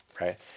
right